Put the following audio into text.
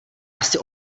asi